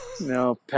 no